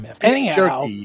Anyhow